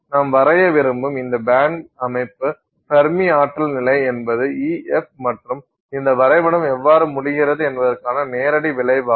நாம் வரைய விரும்பும் இந்த பேண்ட் அமைப்பு ஃபெர்மி ஆற்றல் நிலை என்பது Ef மற்றும் இந்த வரைபடம் எவ்வாறு முடிகிறது என்பதற்கான நேரடி விளைவாகும்